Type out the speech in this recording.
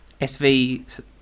sv